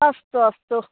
अस्तु अस्तु